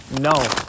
no